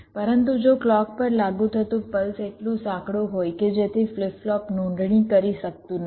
પરંતુ જો ક્લૉક પર લાગુ થતું પલ્સ એટલુ સાંકડું હોય કે જેથી ફ્લિપ ફ્લોપ નોંધણી કરી શકતુ નથી